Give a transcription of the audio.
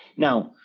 now,